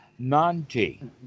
nanti